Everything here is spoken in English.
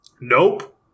Nope